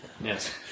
Yes